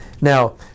Now